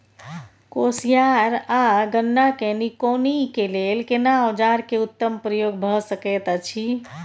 कोसयार आ गन्ना के निकौनी के लेल केना औजार के उत्तम प्रयोग भ सकेत अछि?